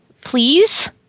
Please